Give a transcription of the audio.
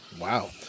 wow